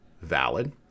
valid